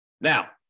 Now